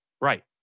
Right